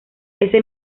ese